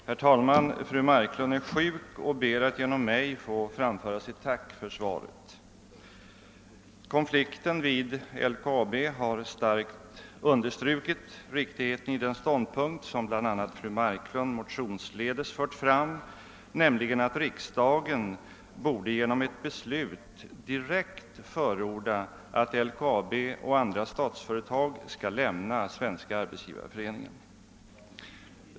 Herr talman! Fru Marklund är sjuk och ber att genom mig få framföra sitt tack för svaret. Konflikten vid LKAB har starkt understrukit riktigheten i den åsikt som bl.a. fru Marklund motionsledes har fört fram, nämligen att riksdagen borde genom ett beslut direkt förorda att LKAB och andra statsföretag skall lämna Svenska arbetsgivareföreningen.